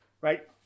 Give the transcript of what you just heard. right